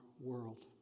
world